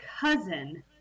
cousin